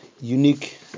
unique